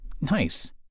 Nice